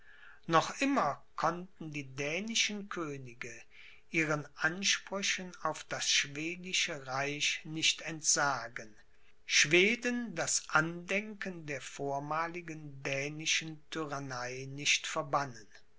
noch immer konnten die dänischen könige ihren ansprüchen auf das schwedische reich nicht entsagen schweden das andenken der vormaligen dänischen tyrannei nicht verbannen